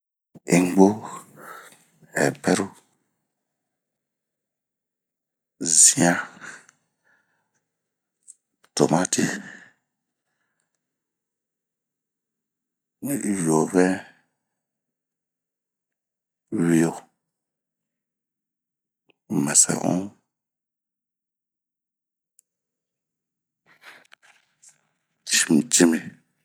hingbwo ,ɛpɛrou, zian, tomati, yoŋɛn, wio, mɛsɛun ,smucimi